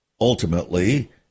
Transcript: Ultimately